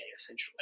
essentially